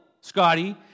Scotty